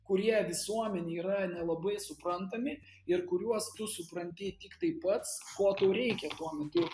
kurie visuomenei yra nelabai suprantami ir kuriuos tu supranti tiktai pats ko tau reikia tuo metu